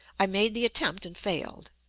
i made the attempt and failed.